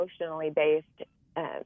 emotionally-based